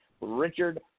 Richard